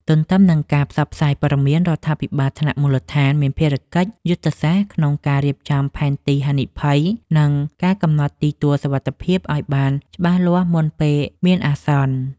ទន្ទឹមនឹងការផ្សព្វផ្សាយព័ត៌មាន រដ្ឋាភិបាលថ្នាក់មូលដ្ឋានមានភារកិច្ចយុទ្ធសាស្ត្រក្នុងការរៀបចំផែនទីហានិភ័យ និងការកំណត់ទីទួលសុវត្ថិភាពឱ្យបានច្បាស់លាស់មុនពេលមានអាសន្ន។